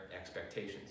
expectations